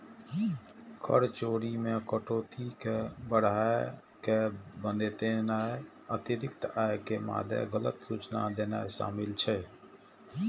कर चोरी मे कटौती कें बढ़ाय के बतेनाय, अतिरिक्त आय के मादे गलत सूचना देनाय शामिल छै